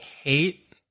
Hate